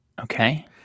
Okay